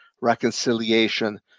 reconciliation